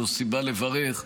זו סיבה לברך.